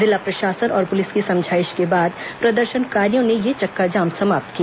जिला प्रशासन और पुलिस की समझाइश के बाद प्रदर्शनकारियों ने यह चक्काजाम समाप्त किया